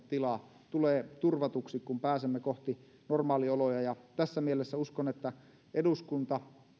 tila tulee turvatuksi kun pääsemme kohti normaalioloja tässä mielessä uskon että eduskunta